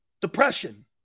depression